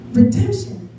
redemption